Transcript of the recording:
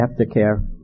aftercare